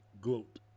gloat